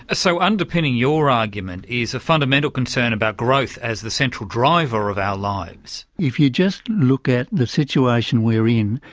ah so underpinning your argument is a fundamental concern about growth as the central driver of our lives. if you just look at the situation we're in,